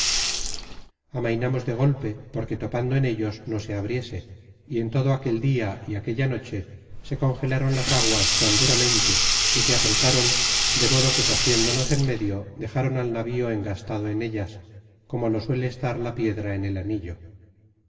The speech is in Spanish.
amainamos de golpe porque topando en ellos no se abriese y en todo aquel dia y aquella noche se congelaron las aguas tan duramente y se apretaron de modo que cogiéndonos en medio dejaron al navío engastado en ellas como lo suele estar la piedra en el anillo